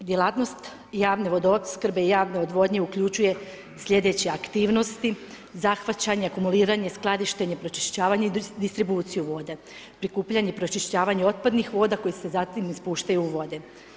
Djelatnost javne vodoopskrbe i javne odvodnje, uključuje sljedeće aktivnosti, zahvaćanje akumuliranje, skladištenje, pročišćavanje i distribuciju vode, prikupljanje i pročišćavanje otpadnih voda, koje se zatim ispuštaju u vode.